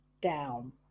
down